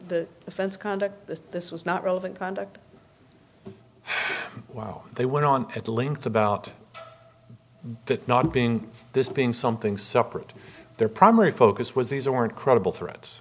the offense conduct that this was not relevant conduct while they went on at length about that not being this being something separate their primary focus was these aren't credible threat